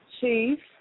Chief